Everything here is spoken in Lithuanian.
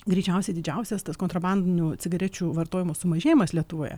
greičiausiai didžiausias tas kontrabandinių cigarečių vartojimo sumažėjimas lietuvoje